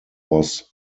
was